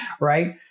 right